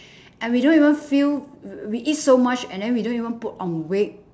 and we don't even feel we eat so much and we don't even put on weight